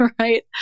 right